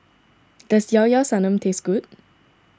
does Llao Llao Sanum taste good